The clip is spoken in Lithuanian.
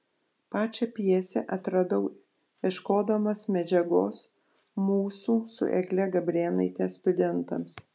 pačią pjesę atradau ieškodamas medžiagos mūsų su egle gabrėnaite studentams